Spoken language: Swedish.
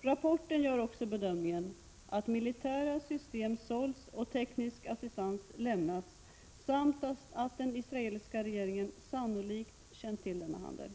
I rapporten görs också bedömningen att militära system har sålts och teknisk assistans lämnats samt att den israeliska regeringen sannolikt känt till denna handel.